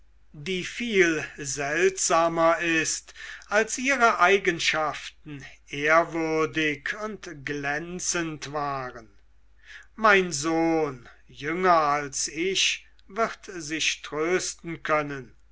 die viel seltsamer ist als ihre eigenschaften ehrwürdig und glänzend waren mein sohn jünger als ich wird sich trösten können